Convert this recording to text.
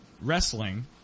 wrestling